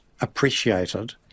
appreciated